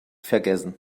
vergessen